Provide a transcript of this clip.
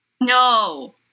No